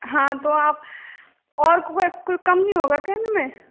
हाँ तो आप और कोई कम नहीं होगा क्या इनमें